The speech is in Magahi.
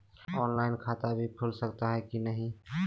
ऑनलाइन खाता भी खुल सकली है कि नही?